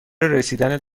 رسیدن